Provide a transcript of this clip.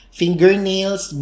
fingernails